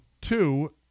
Two